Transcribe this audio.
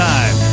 Time